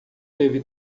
teve